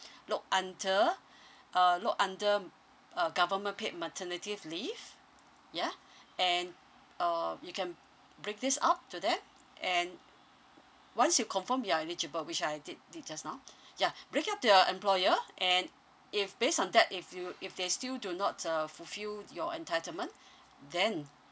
look under uh look under uh government paid maternity leave ya and uh you can bring this up to them and once you confirm you're eligible which I did did just now ya bring up to you employer and if based on that if you if they still do not uh fulfil your entitlement then